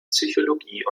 psychologie